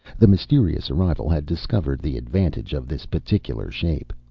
the mysterious arrival had discovered the advantage of this particular shape.